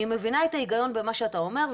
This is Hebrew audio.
אני מבינה את ההיגיון במה שאתה אומר,